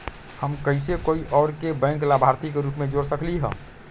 हम कैसे कोई और के बैंक लाभार्थी के रूप में जोर सकली ह?